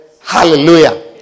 Hallelujah